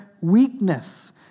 weakness